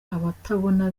abatabona